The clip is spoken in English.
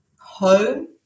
home